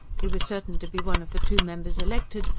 he was certain to be one of the two members elected,